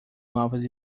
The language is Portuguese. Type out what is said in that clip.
novas